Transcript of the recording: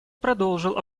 продолжил